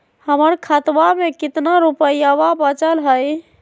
हमर खतवा मे कितना रूपयवा बचल हई?